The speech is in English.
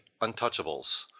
Untouchables